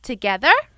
Together